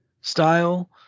style